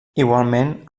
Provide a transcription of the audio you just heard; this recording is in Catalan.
igualment